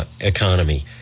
economy